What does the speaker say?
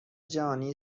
جهانی